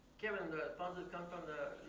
kevin, the funds that come from the